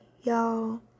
y'all